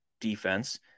defense